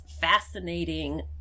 fascinating